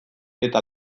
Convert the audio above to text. eta